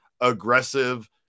aggressive